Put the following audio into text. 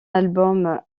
album